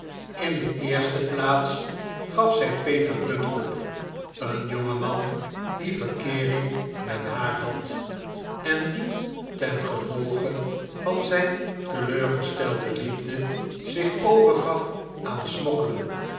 in de eerste plaats gaf zij peter butt op een jongen man die verkeering met haar had en die tengevolge van zijn teleurgestelde liefde zich overgaf aan smokkelen